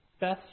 best